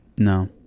No